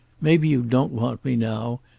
maybe you don't want me now.